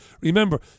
Remember